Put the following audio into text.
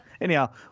Anyhow